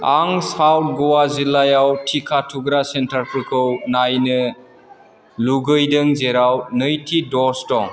आं साउथ ग'वा जिल्लायाव टिका थुग्रा सेन्टारफोरखौ नायनो लुबैदों जेराव नैथि द'ज दं